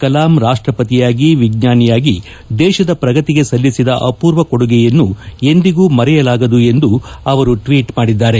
ಕಲಾಂ ರಾಷ್ಟಪತಿಯಾಗಿ ವಿಜ್ಞಾನಿಯಾಗಿ ದೇಶದ ಪ್ರಗತಿಗೆ ಸಲ್ಲಿಸಿದ ಅಮೂರ್ವ ಕೊಡುಗೆಯನ್ನು ಎಂದಿಗೂ ಮರೆಯಲಾಗದು ಎಂದು ಅವರು ಟ್ವೀಟ್ ಮಾಡಿದ್ದಾರೆ